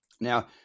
Now